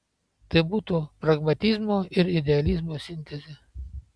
tai būtų pragmatizmo ir idealizmo sintezė